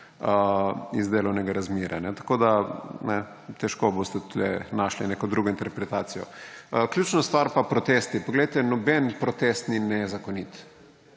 iz delovnega razmerja, tako da, težko boste tu našli neko drugo interpretacijo. Ključna stvar so pa protesti. Poglejte, noben protest ni nezakonit.